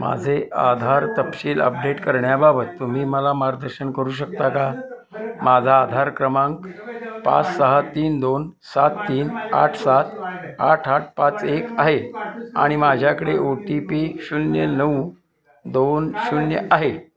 माझे आधार तपशील अपडेट करण्याबाबत तुम्ही मला मार्गदर्शन करू शकता का माझा आधार क्रमांक पाच सहा तीन दोन सात तीन आठ सात आठ आठ पाच एक आहे आणि माझ्याकडे ओ टी पी शून्य नऊ दोन शून्य आहे